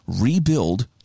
rebuild